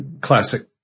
classic